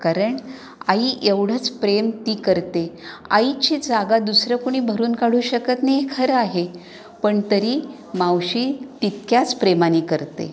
कारण आईएवढंच प्रेम ती करते आईची जागा दुसरं कुणी भरून काढू शकत नाही खरं आहे पण तरी मावशी तितक्याच प्रेमाने करते